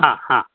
हा हा